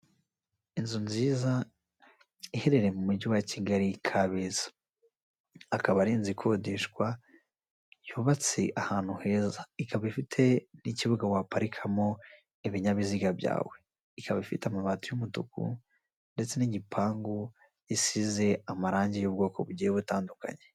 Inzu nziza iherereye mu mujyi wa Kigali Kabeza. Akaba ari inzu ikodeshwa, yubatse ahantu heza. Ikaba ifite n'ikibuga waparikamo ibinyabiziga byawe. Ikaba ifite amabati y'umutuku ndetse n'igipangu gisize amarangi y'ubwoko bugiye butandukanye.